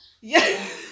Yes